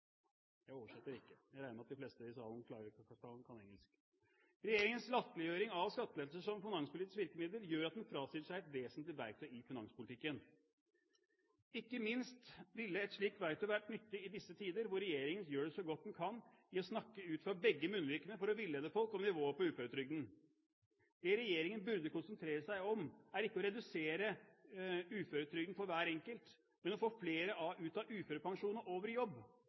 Jeg oversetter ikke. Jeg regner med at de fleste i salen kan engelsk. Regjeringens latterliggjøring av skattelettelser som finanspolitisk virkemiddel gjør at den frasier seg et vesentlig verktøy i finanspolitikken. Ikke minst ville et slikt verktøy vært nyttig i disse tider, hvor regjeringen gjør så godt den kan for å snakke ut av begge munnvikene for å villede folk om nivået på uføretrygden. Det regjeringen burde konsentrere seg om, er ikke å redusere uføretrygden for hver enkelt, men å få flere ut av uførepensjon og over i jobb.